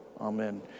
amen